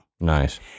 Nice